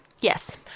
Yes